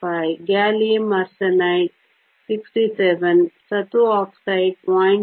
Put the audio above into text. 55 gallium arsenide 67 ಸತು oxide 0